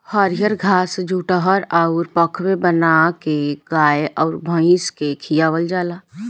हरिअर घास जुठहर अउर पखेव बाना के गाय अउर भइस के खियावल जाला